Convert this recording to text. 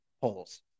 polls